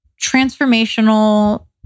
transformational